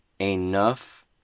enough